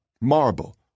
marble